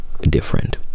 different